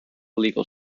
legal